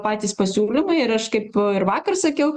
patys pasiūlymai ir aš kaip ir vakar sakiau